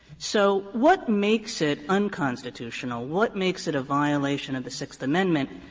so what makes it unconstitutional, what makes it a violation of the sixth amendment,